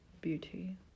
beauty